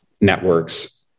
networks